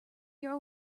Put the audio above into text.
your